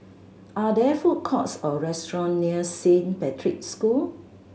are there food courts or restaurant near Saint Patrick's School